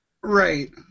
Right